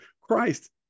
Christ